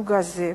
מהסוג הזה.